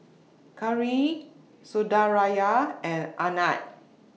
Gauri Sundaraiah and Anand